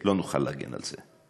שלא נוכל להגן על זה.